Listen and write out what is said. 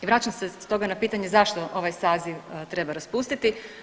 I vraćam se stoga na pitanje zašto ovaj saziv treba raspustiti?